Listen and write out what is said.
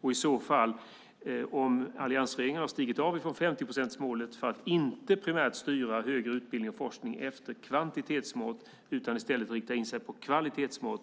Om man menar att alliansregeringen har stigit av från 50-procentsmålet för att inte primärt styra högre utbildning och forskning efter kvantitetsmått utan i stället rikta in sig på kvalitetsmål